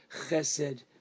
Chesed